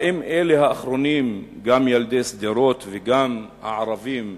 האם אלה האחרונים, גם ילדי שדרות וגם הערבים,